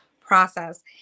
process